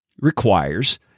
requires